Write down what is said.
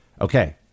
Okay